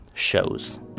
shows